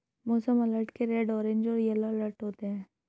मौसम अलर्ट के red orange और येलो अलर्ट होते हैं